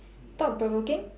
thought provoking